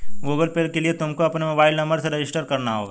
Google Pay के लिए तुमको अपने मोबाईल नंबर से रजिस्टर करना होगा